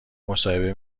مصاحبه